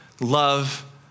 love